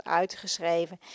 uitgeschreven